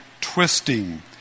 twisting